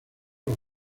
los